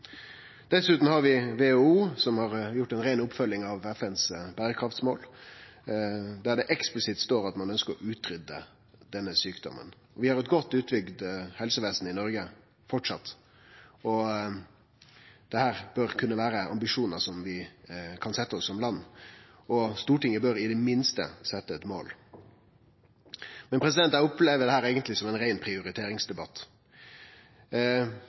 Dessutan har vi WHO, som har gjort ei rein oppfølging av FNs berekraftsmål, der det eksplisitt står at ein ønskjer å utrydde denne sjukdomen. Vi har eit godt utbygd helsevesen i Noreg framleis, og dette bør kunne vere ambisjonar vi kan setje oss som land. Stortinget bør i det minste setje eit mål. Eg opplever eigentleg dette som ein rein prioriteringsdebatt.